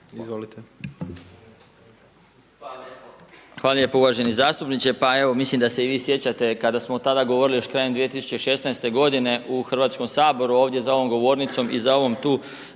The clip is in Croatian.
Zdravko** Hvala lijepo uvaženi zastupniče, pa evo mislim da se i vi sjećate kada smo tada govorili još krajem 2016. godine u Hrvatskom saboru ovdje za ovom govornicom i za ovim tu